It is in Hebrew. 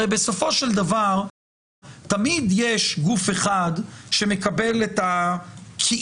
הרי בסופו של דבר תמיד יש גוף אחד שמקבל את הכאילו